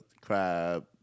crab